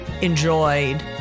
enjoyed